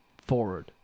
forward